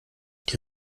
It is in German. die